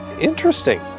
interesting